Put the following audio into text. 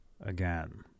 Again